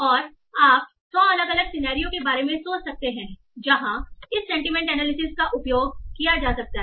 और आप सौ अलग अलग सिनेरियो के बारे में सोच सकते हैं जहां इस सेंटीमेंट एनालिसिस का उपयोग किया जाएगा